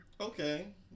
Okay